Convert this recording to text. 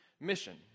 mission